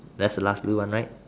that's the last blue one right